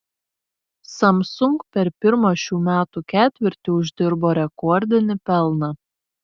samsung per pirmą šių metų ketvirtį uždirbo rekordinį pelną